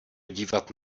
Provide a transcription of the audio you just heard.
dívat